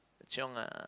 chiong ah